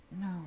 No